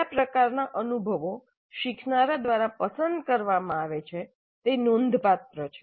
કયા પ્રકારનાં અનુભવો શીખનારા દ્વારા પસંદ કરવામાં આવે છે તે નોંધપાત્ર છે